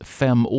fem